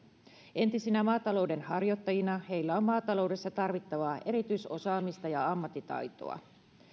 entisinä maatalouden harjoittajina heillä on maataloudessa tarvittavaa erityisosaamista ja ammattitaitoa